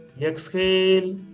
Exhale